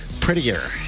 Prettier